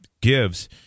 gives